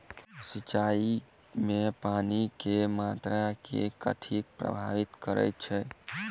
सिंचाई मे पानि केँ मात्रा केँ कथी प्रभावित करैत छै?